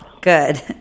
good